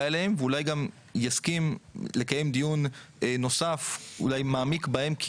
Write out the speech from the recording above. אליהם ואולי גם יסכים לקיים דיון נוסף אולי מעמיק בהם,